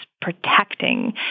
protecting